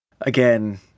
again